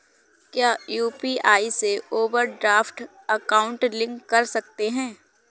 क्या यू.पी.आई से overdraft account link कर सकते हैं?